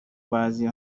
بعضی